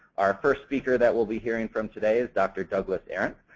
our first speaker that we'll be hearing form today is dr. douglas arent.